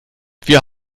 wir